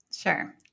Sure